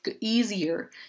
easier